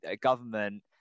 government